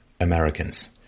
Americans